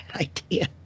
idea